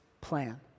plan